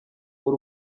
w’u